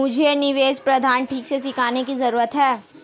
मुझे निवेश प्रबंधन ठीक से सीखने की जरूरत है